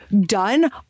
done